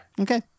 Okay